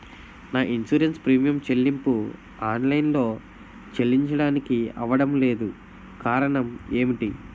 నా insurance premium చెల్లింపు online లో చెల్లించడానికి అవ్వడం లేదు కారణం ఏమిటి?